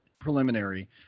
preliminary